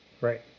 Right